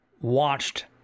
watched